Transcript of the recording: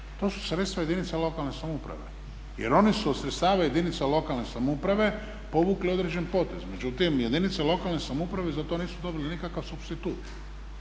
to su sredstva jedinice lokalne samouprave. Jer oni su od sredstava jedinica lokalne samouprave povukli određen potez. Međutim, jedinice lokalne samouprave za to nisu dobile nikakav supstitut.